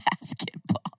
basketball